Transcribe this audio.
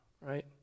right